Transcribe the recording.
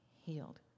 healed